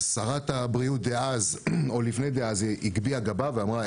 אז שרת הבריאות דאז הגביהה גבה ואמרה,